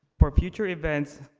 for future events,